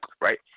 right